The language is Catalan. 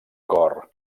cor